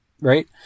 Right